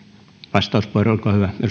vastauspuheenvuoro edustaja